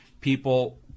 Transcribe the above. people